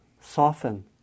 soften